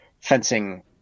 fencing